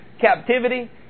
captivity